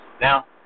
Now